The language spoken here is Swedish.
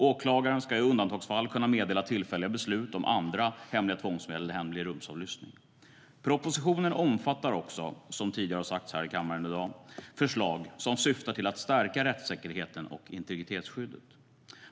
Åklagaren ska i undantagsfall kunna meddela tillfälliga beslut om andra hemliga tvångsmedel än hemlig rumsavlyssning. Propositionen omfattar också förslag som syftar till att stärka rättssäkerheten och integritetsskyddet.